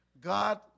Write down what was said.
God